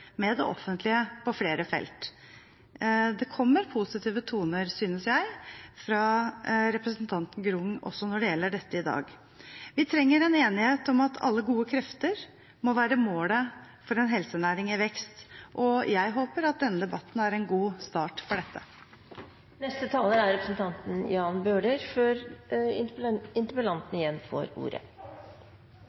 med det offentlige på flere felt. Det kommer positive toner, synes jeg, fra representanten Grung også når det gjelder dette i dag. Vi trenger en enighet om at alle gode krefter må være målet for en helsenæring i vekst, og jeg håper at denne debatten er en god start for dette. Da jeg hørte debatten, tenkte jeg på at det er